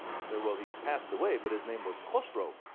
i said, well, he's passed away, but his name was khosro.